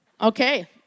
okay